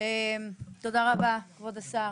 תודה רבה כבוד השר